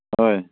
ꯍꯣꯏ